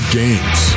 games